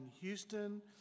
Houston